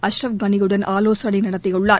அஷ்ரப் கனியுடன் ஆலோசனை நடத்தியுள்ளார்